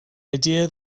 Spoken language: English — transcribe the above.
idea